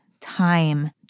time